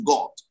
God